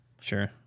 Sure